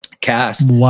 Cast